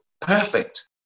perfect